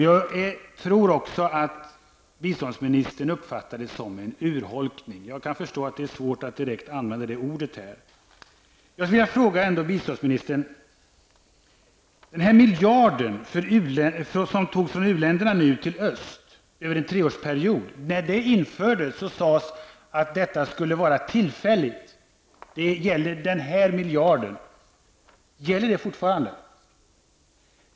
Jag tror att biståndsministern uppfattar det som en urholkning, även om jag kan förstå att det är svårt att använda just det ordet. Jag skulle vilja ställa ett par frågor till biståndsministern. I samband med att 1 miljard över en treårsperiod togs från u-landsanslaget till anslaget för hjälp åt öststaterna sades det att detta skulle vara tillfälligt, att det skulle gälla just den miljarden. Gäller det fortfarande?